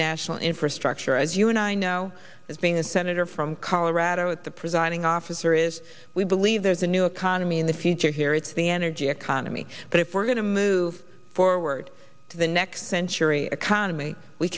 national infrastructure as you and i know as being a senator from colorado at the presiding officer is we believe there's a new economy in the future here it's the energy economy but if we're going to move forward to the next century economy we